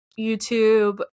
YouTube